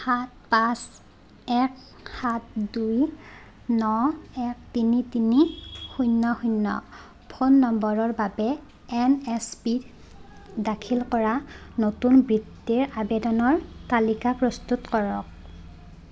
সাত পাঁচ এক সাত দুই ন এক তিনি তিনি শূণ্য শূণ্য ফোন নম্বৰৰ বাবে এন এছ পি ত দাখিল কৰা নতুন বৃত্তিৰ আবেদনৰ তালিকা প্ৰস্তুত কৰক